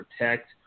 protect